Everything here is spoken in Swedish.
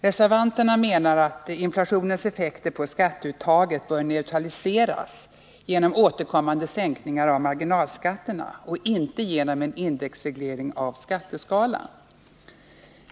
Reservanterna menar att inflationens effekter på skatteuttaget bör neutraliseras genom återkommande sänkningar av marginalskatterna och inte genom en indexreglering av skatteskalan.